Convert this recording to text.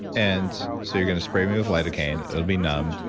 and so you're going to spray me with lidocaine. it'll be numb.